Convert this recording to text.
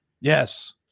Yes